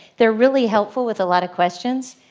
they're really helpful with a lot of questions.